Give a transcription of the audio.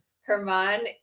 Herman